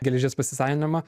geležies pasisavinimą